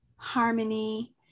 harmony